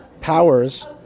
powers